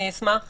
אשמח